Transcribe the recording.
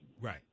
Right